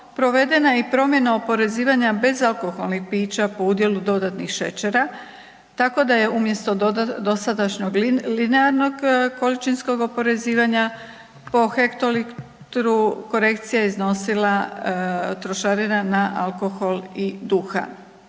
provedena je i promjena oporezivanja bezalkoholnih pića po udjelu dodatnih šećera, tako da je umjesto dosadašnjeg linearnog količinskog oporezivanja po hektolitru korekciju iznosila trošarina alkohol i duhan.